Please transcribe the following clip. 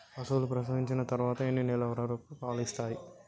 పశువులు ప్రసవించిన తర్వాత ఎన్ని నెలల వరకు పాలు ఇస్తాయి?